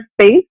space